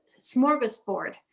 smorgasbord